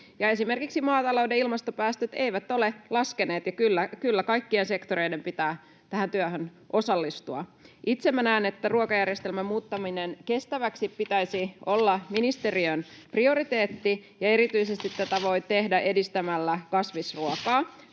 Esimerkiksi maatalouden ilmastopäästöt eivät ole laskeneet, ja kyllä kaikkien sektoreiden pitää tähän työhön osallistua. Itse minä näen, että ruokajärjestelmän muuttamisen kestäväksi pitäisi olla ministeriön prioriteetti, ja erityisesti tätä voi tehdä edistämällä kasvisruokaa.